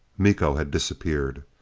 miko had disappeared.